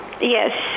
Yes